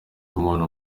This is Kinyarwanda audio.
umuntu